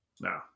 no